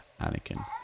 Anakin